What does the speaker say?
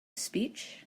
speech